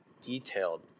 detailed